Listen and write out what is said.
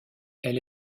elle